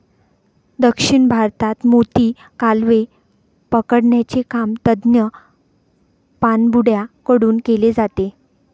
दक्षिण भारतात मोती, कालवे पकडण्याचे काम तज्ञ पाणबुड्या कडून केले जाते